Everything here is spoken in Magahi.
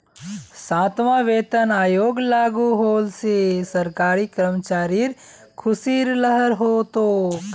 सातवां वेतन आयोग लागू होल से सरकारी कर्मचारिर ख़ुशीर लहर हो तोक